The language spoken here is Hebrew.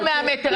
לא 100 מטר,